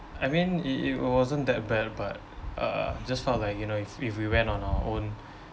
I mean it it it wasn't that bad but uh just felt like you know if if we went on our own